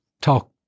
talk